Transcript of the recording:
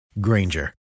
Granger